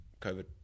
covid